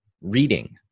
reading